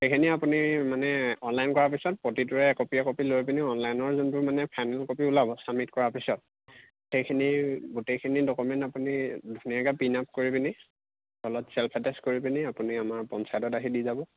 সেইখিনি আপুনি মানে অনলাইন কৰাৰ পিছত প্ৰতিটোৰে একপি একপি লৈ পিনি অনলাইনৰ যোনটো মানে ফাইনেল কপি ওলাব চাবমিট কৰাৰ পিছত সেইখিনি গোটেইখিনি ডকুমেণ্ট আপুনি ধুনীয়াকৈ পিন আপ কৰি পিনি তলত চেল্ফ এটেষ্ট কৰি পিনি আপুনি আমাৰ পঞ্চায়তত আহি দি যাব